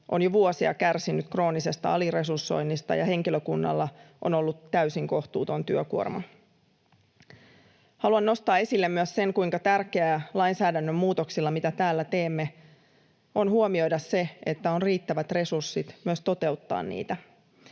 on jo vuosia kärsinyt kroonisesta aliresursoinnista ja henkilökunnalla on ollut täysin kohtuuton työkuorma. Haluan nostaa esille myös sen, kuinka tärkeää lainsäädännön muutoksissa, mitä täällä teemme, on huomioida se, että on riittävät resurssit myös toteuttaa niitä.